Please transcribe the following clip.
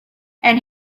and